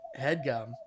HeadGum